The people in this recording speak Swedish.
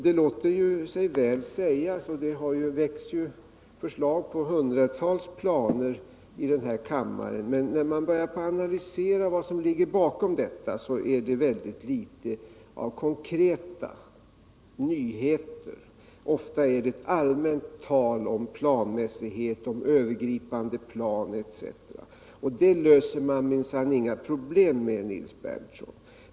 Det låter sig väl sägas, och det väcks förslag till hundratals planer i den här kammaren. Men när man börjar analysera vad som ligger bakom detta är det väldigt litet av konkreta nyheter. Ofta rör det sig om ett allmänt tal om planmässighet, om övergripande plan etc. Med detta löser man inga problem, Nils Berndtson.